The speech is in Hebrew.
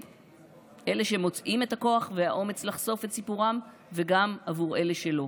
אלה שמוצאים את הכוח והאומץ לחשוף את סיפורם וגם עבור אלה שלא.